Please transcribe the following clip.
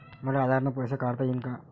मले आधार न पैसे काढता येईन का?